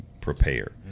prepare